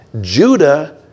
Judah